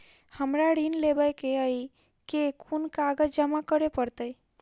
हमरा ऋण लेबै केँ अई केँ कुन कागज जमा करे पड़तै?